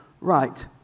right